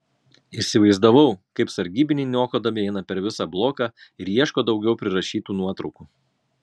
įsivaizdavau kaip sargybiniai niokodami eina per visą bloką ir ieško daugiau prirašytų nuotraukų